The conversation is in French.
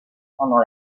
pendant